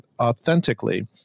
authentically